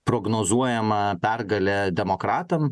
prognozuojama pergalė demokratam